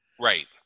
Right